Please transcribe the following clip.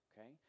okay